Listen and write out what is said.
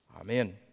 Amen